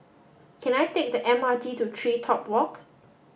can I take the M R T to TreeTop Walk